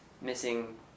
missing